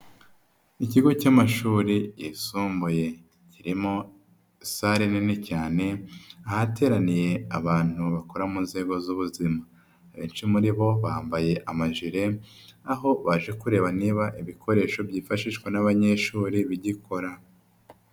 Ikigo cy'amashuri yisumbuye, kirimo sale nini cyane, ahateraniye abantu bakora mu nzego z'ubuzima. Abenshi muri bo bambaye amajire, aho baje kureba niba ibikoresho byifashishwa n'abanyeshuri bigikora.